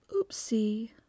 oopsie